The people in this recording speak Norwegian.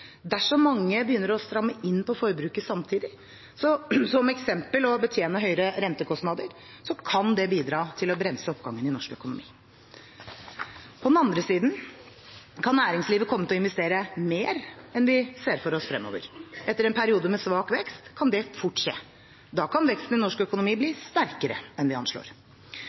Dersom mange begynner å stramme inn på forbruket samtidig, f.eks. ved å betjene høyere rentekostnader, kan det bidra til å bremse oppgangen i norsk økonomi. På den andre siden kan næringslivet komme til å investere mer enn vi ser for oss fremover. Etter en periode med svak vekst kan det fort skje. Da kan veksten i norsk økonomi bli sterkere enn vi anslår.